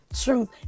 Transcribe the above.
truth